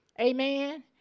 Amen